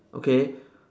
okay